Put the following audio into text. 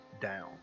down